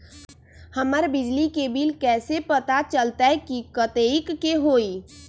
हमर बिजली के बिल कैसे पता चलतै की कतेइक के होई?